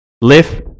lift